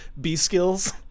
B-Skills